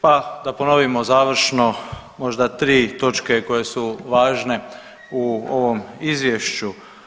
Pa da ponovimo završno možda tri točke koje su važne u ovom izvješću.